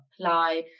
apply